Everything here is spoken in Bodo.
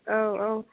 औ औ